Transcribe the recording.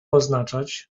oznaczać